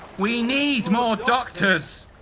we need more doctors.